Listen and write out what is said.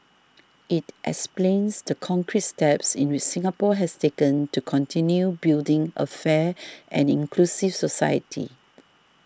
it explains the concrete steps in Singapore has taken to continue building a fair and inclusive society